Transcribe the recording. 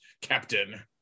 Captain